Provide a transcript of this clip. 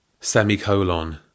semicolon